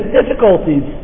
difficulties